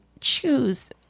choose